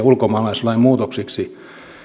ulkomaalaislain muutoksiksi